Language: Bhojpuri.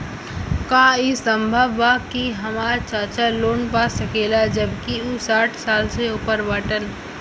का ई संभव बा कि हमार चाचा लोन पा सकेला जबकि उ साठ साल से ऊपर बाटन?